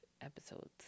episodes